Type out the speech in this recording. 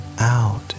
out